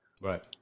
Right